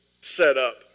setup